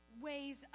ways